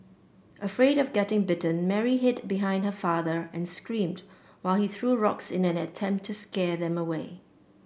afraid of getting bitten Mary hid behind her father and screamed while he threw rocks in an attempt to scare them away